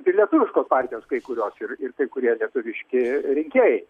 ir lietuviškos partijos kai kurios ir kai kurie lietuviški rinkėjai